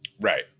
Right